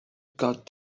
got